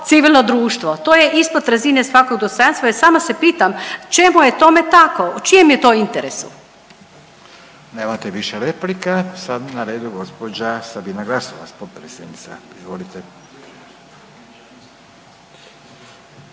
civilno društvo. To je ispod razine svakog dostojanstva i sama se pitam, čemu je tome tako, u čijem je to interesu. **Radin, Furio (Nezavisni)** Nemate više replika. Sada je na redu gospođa Sabina Glasovac, potpredsjednica.